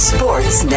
Sports